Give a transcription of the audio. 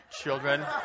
children